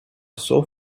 sore